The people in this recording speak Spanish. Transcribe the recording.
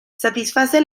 satisface